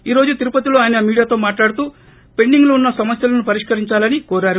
ఈ రోజు తిరుపతిలో ఆయన మీడియాతో మాట్లాడుతూ పెండింగ్లో ఉన్న సమస్యలను పరిష్కరించాలని కోరారు